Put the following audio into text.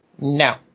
no